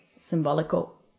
symbolical